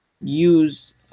use